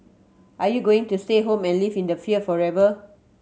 are you going to stay home and live in a fear forever